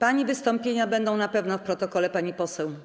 Pani wystąpienia będą na pewno w protokole, pani poseł.